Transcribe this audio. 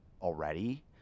already